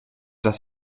dass